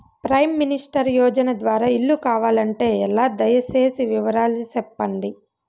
Prime minister యోజన ద్వారా ఇల్లు కావాలంటే ఎలా? దయ సేసి వివరాలు సెప్పండి?